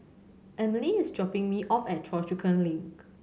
Amelie is dropping me off at Choa Chu Kang Link